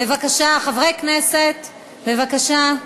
בבקשה, חברי הכנסת, בבקשה.